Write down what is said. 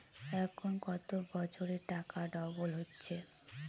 এখন কত বছরে টাকা ডবল হচ্ছে?